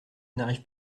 n’arrive